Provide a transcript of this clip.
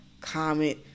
comment